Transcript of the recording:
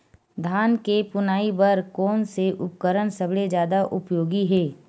धान के फुनाई बर कोन से उपकरण सबले जादा उपयोगी हे?